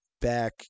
back